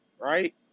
Right